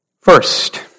First